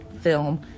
film